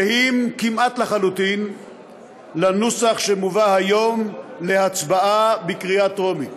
זהים כמעט לחלוטין לנוסח שמובא היום להצבעה בקריאה טרומית.